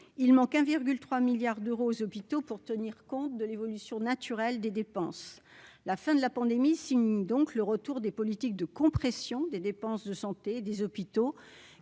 il manque 1,3 milliards d'euros aux hôpitaux pour tenir compte de l'évolution naturelle des dépenses, la fin de la pandémie signe donc le retour des politiques de compression des dépenses de santé des hôpitaux